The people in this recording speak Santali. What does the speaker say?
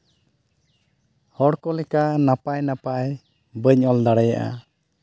ᱦᱚᱲ ᱠᱚ ᱞᱮᱠᱟ ᱱᱟᱯᱟᱭ ᱱᱟᱯᱟᱭ ᱵᱟᱹᱧ ᱚᱞ ᱫᱟᱲᱮᱭᱟᱜᱼᱟ